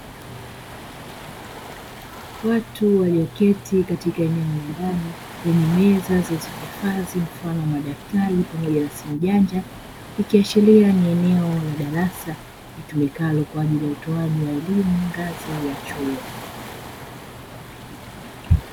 Watu walioketi katika eneo la ndani lenye meza zilizohifadhi mfano wa madaktari pamoja na si mjanja, ikiashiria ni eneo la darasa litumikalo kwa ajili ya utoaji wa elimu ngazi chuo.